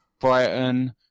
Brighton